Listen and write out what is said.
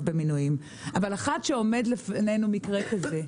במינויים אבל אחת שעומד לפנינו מקרה כזה,